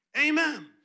Amen